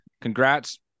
congrats